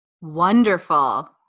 Wonderful